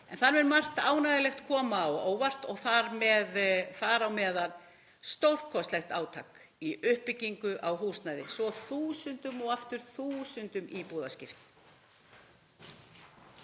Þar mun margt ánægjulegt koma á óvart og þar á meðal stórkostlegt átak í uppbyggingu á húsnæði, svo þúsundum og aftur þúsundum íbúða skiptir.